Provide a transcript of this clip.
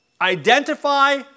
identify